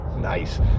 nice